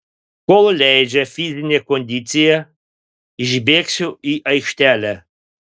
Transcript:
kol leidžia fizinė kondicija išbėgsiu į aikštelę